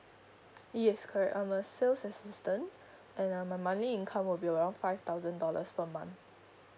yes correct I'm a sales assistant and uh my monthly income will be around five thousand dollars per month